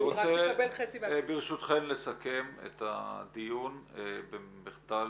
אני רוצה ברשותכן לסכם את הדיון במחדל